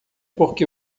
porque